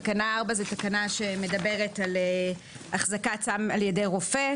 תקנה 4 היא תקנה שמדברת על החזקת סם על ידי רופא,